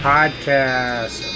Podcast